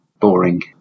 boring